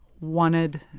wanted